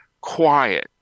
quiet